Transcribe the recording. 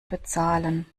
bezahlen